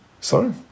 Sorry